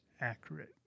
accurate